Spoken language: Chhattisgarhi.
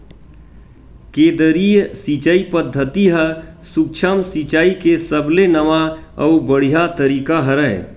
केदरीय सिचई पद्यति ह सुक्ष्म सिचाई के सबले नवा अउ बड़िहा तरीका हरय